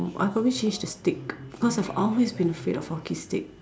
I probably change the stick because I've always been afraid of hockey stick